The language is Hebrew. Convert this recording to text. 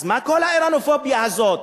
אז מה כל האירנופוביה הזאת?